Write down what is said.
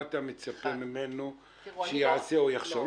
מה אתה מצפה ממנו שיעשו או יחשוב?